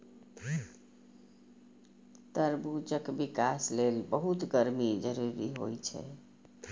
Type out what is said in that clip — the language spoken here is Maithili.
तरबूजक विकास लेल बहुत गर्मी जरूरी होइ छै